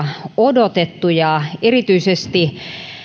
odotettu ja erityisesti